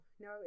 no